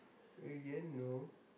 you didn't know